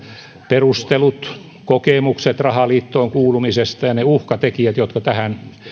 perustelut kokemukset rahaliittoon kuulumisesta ja ne uhkatekijät jotka tähän